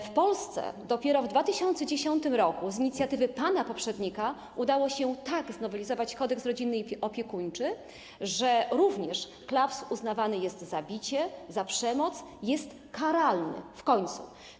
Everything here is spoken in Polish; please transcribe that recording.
W Polsce dopiero w 2010 r. z inicjatywy pana poprzednika udało się tak znowelizować Kodeks rodzinny i opiekuńczy, że również klaps uznawany jest za bicie, za przemoc, jest w końcu karalny.